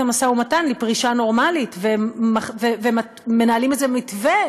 המשא ומתן לפרישה נורמלית ומנהלים איזה מתווה,